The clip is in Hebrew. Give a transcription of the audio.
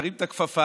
תרים את הכפפה,